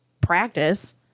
practice